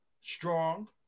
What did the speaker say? strong